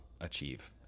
achieve